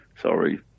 sorry